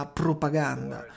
propaganda